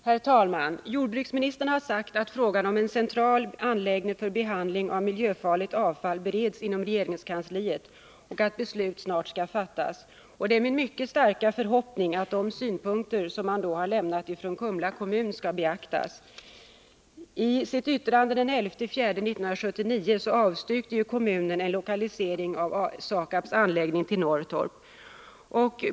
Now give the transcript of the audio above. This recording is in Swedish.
Herr talman! Jordbruksministern sade att frågan om en central anläggning för behandling av miljöfarligt avfall bereds inom regeringskansliet och att beslut snart skall fattas. Det är min mycket starka förhoppning att de synpunkter som Kumla kommun har anfört då skall beaktas. I sitt yttrande av den 11 april 1979 avstyrkte kommunen en lokalisering av SAKAB:s anläggning till Norrtorp.